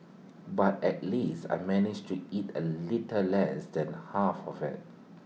but at least I managed to eat A little less than half of IT